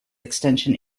extension